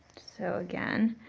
so again,